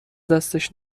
دستش